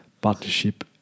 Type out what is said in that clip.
partnership